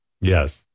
Yes